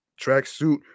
tracksuit